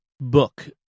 book